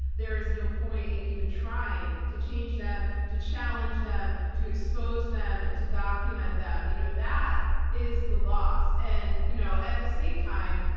there is no point in even trying to change them, to challenge them, to expose them, to document them. you know that is the loss. and you know at the same time,